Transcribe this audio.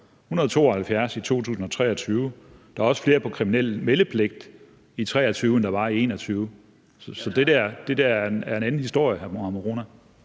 172 i 2023. Der er også flere med kriminel meldepligt i 2023, end der var i 2021. Så det der er en anden historie, hr. Mohammad